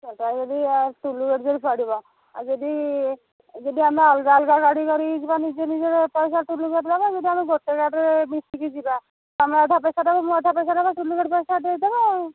ସେଟା ଯଦି ଆ ଟୁଲ୍ ଗେଟ୍ ଯଦି ପଡ଼ିବ ଆ ଯଦି ଯଦି ଆମେ ଅଲଗା ଅଲଗା ଗାଡ଼ି କରିକିଯିବା ନିଜ ନିଜର ପଇସା ଟୁଲ୍ ଗେଟ୍ ନେବ ଯଦି ଆମେ ଗୋଟେ ଗାଡ଼ିରେ ମିଶିକି ଯିବା ତମେ ଅଧା ପଇସାଦେବ ମୁଁ ଅଧା ପଇସାଦେବି ଟୁଲ୍ ଗେଟ୍ ପଇସା ଦେଇଦବା ଆଉ